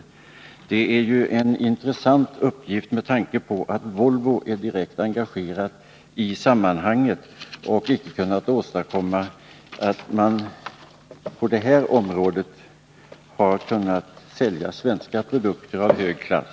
Det är ju en intressant uppgift med tanke på att Volvo är direkt engagerat i sammanhanget och inte kunnat åstadkomma att man på detta område har kunnat sälja svenska produkter av hög klass.